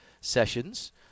sessions